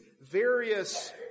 various